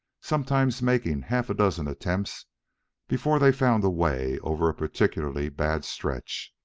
sometimes making half a dozen attempts before they found a way over a particularly bad stretch.